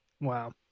Wow